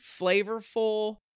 flavorful